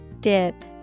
dip